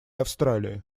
австралии